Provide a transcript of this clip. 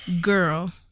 Girl